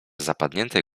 zapadniętej